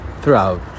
throughout